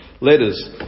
letters